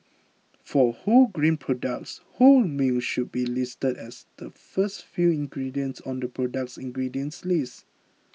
for wholegrain products whole grain should be listed as the first few ingredients on the product's ingredients list